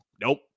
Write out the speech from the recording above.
Nope